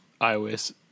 iOS